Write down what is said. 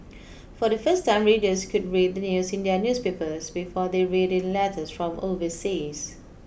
for the first time readers could read the news in their newspapers before they read it in letters from overseas